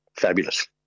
Fabulous